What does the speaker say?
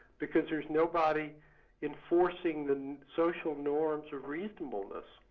because there's nobody enforcing the social norms of reasonableness.